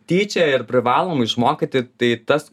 tyčia ir privalom išmokyti tai tas